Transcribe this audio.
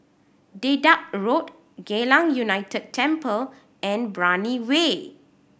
Dedap Road Geylang United Temple and Brani Way